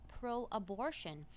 pro-abortion